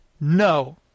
no